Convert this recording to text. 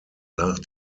nach